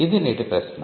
ఇది నేటి ప్రశ్న